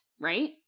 Right